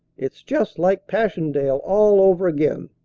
it's just like passchendaele all over again.